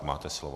Máte slovo.